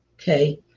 Okay